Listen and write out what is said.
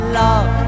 love